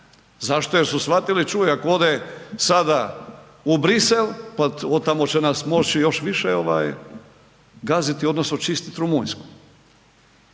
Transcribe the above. Zašto? Jer su shvatili, čuj, ako ode sada u Bruxelles, od tamo će nas moći još više gaziti odnosno čistiti Rumunjsku